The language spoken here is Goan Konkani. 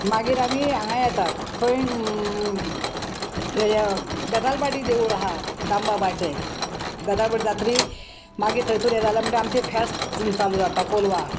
मागीर आमी हांगा येतात खंय हें बेतालबाटी देवूळ आहा दामबाबाचें बेतालबाटी जात्री मागीर थंयसून हें जालें म्हणगीर आमचें फेस्त चालू जाता कोलवा